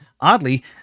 oddly